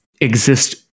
exist